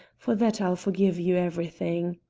for that i'll forgive you everything.